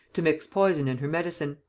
to mix poison in her medicine.